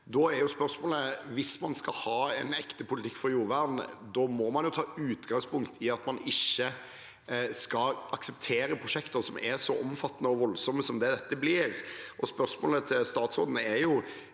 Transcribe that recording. rette skryter av. Hvis man skal ha en ekte politikk for jordvern, må man jo ta utgangspunkt i at man ikke skal akseptere prosjekter som er så omfattende og voldsomme som dette blir. Spørsmålet til statsråden er i